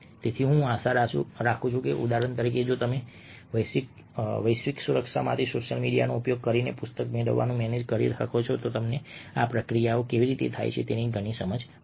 તેથી હું આશા રાખું છું કે ઉદાહરણ તરીકે જો તમે વૈશ્વિક સુરક્ષા માટે સોશિયલ મીડિયાનો ઉપયોગ કરીને પુસ્તક મેળવવાનું મેનેજ કરી શકો તો તમને આ પ્રક્રિયાઓ કેવી રીતે થાય છે તેની ઘણી સમજ મળશે